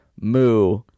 Moo